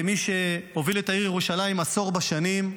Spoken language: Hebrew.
כמי שהוביל את העיר ירושלים עשור בשנים,